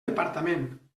departament